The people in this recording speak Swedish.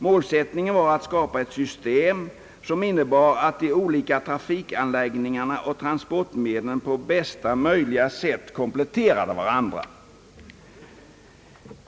Målsättningen var att skapa ett system, som innebar att de olika trafikanläggningarna och transportmedlen på bästa möjliga sätt kompletterade varandra.